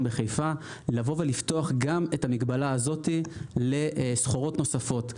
בחיפה לפתוח גם את המגבלה הזאת לסחורות נוספות.